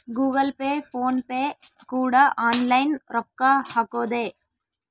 Google Pay PhonePe ಕೂಡ online ರೊಕ್ಕ ಹಕೊದೆ